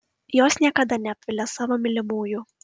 jos niekada neapvilia savo mylimųjų